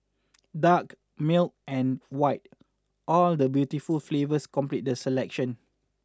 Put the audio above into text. dark milk and white all the beautiful flavours complete the selection